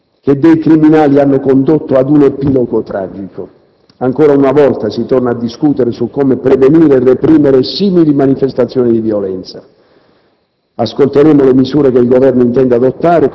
guerriglia urbana che dei criminali hanno condotto ad un epilogo tragico. Ancora una volta si torna a discutere su come prevenire e reprimere simili manifestazioni di violenza.